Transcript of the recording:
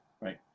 right